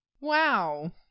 Wow